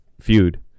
feud